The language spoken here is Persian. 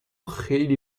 خیلی